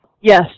Yes